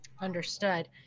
Understood